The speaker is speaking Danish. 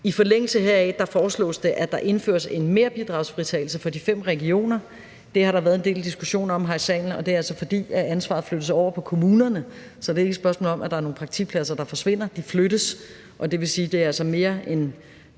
I forlængelse heraf foreslås det, at der indføres en merbidragsfritagelse for de fem regioner – det har der været en del diskussion om her i salen – og det er altså, fordi ansvaret flyttes over på kommunerne. Så det er ikke et spørgsmål om, at der er nogle praktikpladser, der forsvinder; de flyttes. Og det vil sige, at det altså mere er